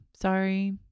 sorry